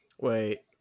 Wait